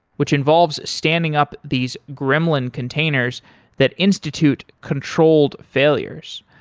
which involves standing up these gremlin containers that institute controlled failures.